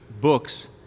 books